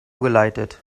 geleitet